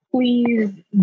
please